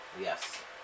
Yes